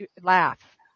laugh